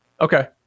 Okay